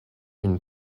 une